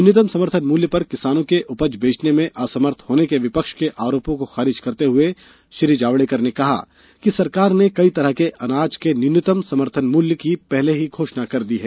न्यूनतम समर्थन मूल्य पर किसानों के उपज बेचने में असमर्थ होने के विपक्ष के आरोपों को खारिज करते हुए श्री जावड़ेकर ने कहा कि सरकार ने कई तरह के अनाज के न्यूनतम समर्थन मूल्य की पहले ही घोषणा कर दी है